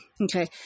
okay